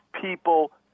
people